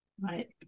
Right